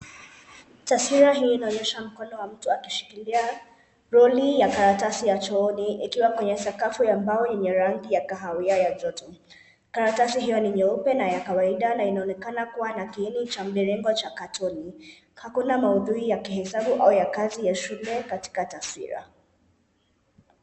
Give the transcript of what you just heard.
Taswira hii inaonyesha mkono wa mtu akishikilia roli ya karatasi ya chooni ikiwa kwenye sakafu ya mbao yenye rangi ya kahawia ya joto. Karatasi hiyo ni nyeupe na ya kawaida na inaonekana kuwa ya kiini cha mviringo cha katoni. Hakuna maudhui ya kihesabu au ya kazi ya shule katika taswira.